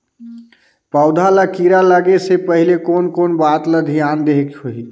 पौध ला कीरा लगे से पहले कोन कोन बात ला धियान देहेक होही?